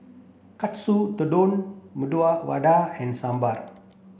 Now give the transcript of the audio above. Katsu Tendon Medu Vada and Sambar